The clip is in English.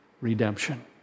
Redemption